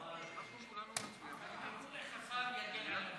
בין הפטיש לסדן.